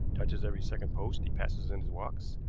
touches every second post he passes in his walks,